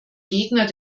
gegner